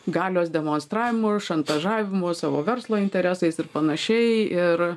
galios demonstravimu ir šantažavimu savo verslo interesais ir panašiai ir